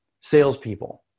salespeople